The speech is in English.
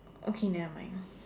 okay nevermind